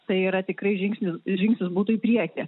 tai yra tikrai žingsnis žingsnis būtų į priekį